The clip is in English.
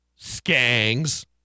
Skangs